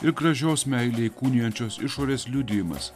ir gražios meilę įkūnijančios išorės liudijimas